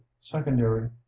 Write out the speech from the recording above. secondary